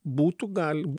būtų gal